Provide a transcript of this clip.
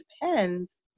depends